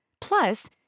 Plus